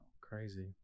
Crazy